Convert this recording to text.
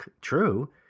true